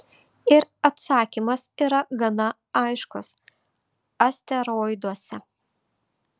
ir atsakymas yra gana aiškus asteroiduose